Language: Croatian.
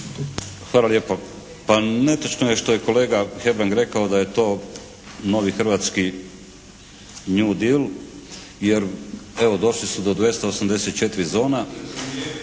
Hvala lijepo. Pa netočno je što je kolega Hebrang rekao da je to novi hrvatski «new deal» jer evo došli su do 284 zona